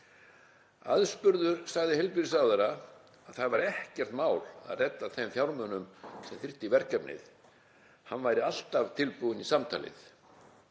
Aðspurður sagði heilbrigðisráðherra að það væri ekkert mál að redda þeim fjármunum sem þyrfti í verkefnið. Hann væri alltaf tilbúinn í samtalið.